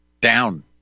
down